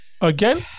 Again